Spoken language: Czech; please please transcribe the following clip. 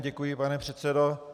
Děkuji, pane předsedo.